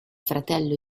fratello